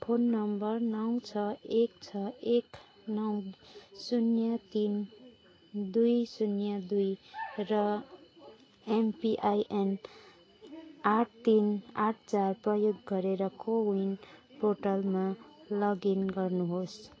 phone number नौ छ एक छ एक नौ शून्य तिन दुई शून्य दुई र एमपिआइएन आठ तिन आठ चार प्रयोग गरेर कोविन पोर्टलमा लगइन गर्नुहोस्